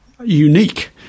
unique